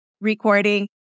recording